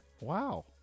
Wow